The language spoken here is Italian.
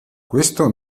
questo